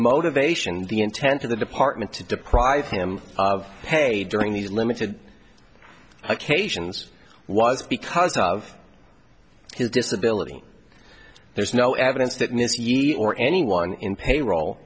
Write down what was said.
motivation the intent of the department to deprive him of pay during these limited occasions was because of his disability there's no evidence that miss you or anyone in payroll